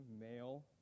Male